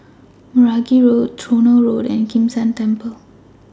Meragi Road Tronoh Road and Kim San Temple